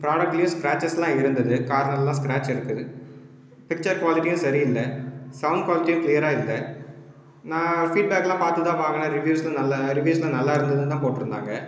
ப்ராடெக்ட்லேயே scratches எல்லாம் இருந்தது கார்னெர்ல்லாம் ஸ்கார்ச் இருக்கு பிக்சர் குவாலிட்டியும் சரி இல்லை சவுண்ட் குவாலிட்டியும் கிளியராக இல்லை நான் ஃபீட் பேக் எல்லாம் பார்த்துதான் வாங்கினேன் ரிவியூஸ்லாம் நல்ல ரிவியூஸ்லாம் நல்லா இருந்தது தான் போட்டு இருந்தாங்க